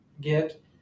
get